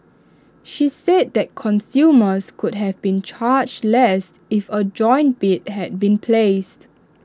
she said that consumers could have been charged less if A joint bid had been placed